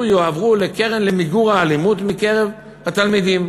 יועברו לקרן למיגור האלימות מקרב התלמידים.